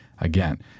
again